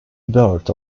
bird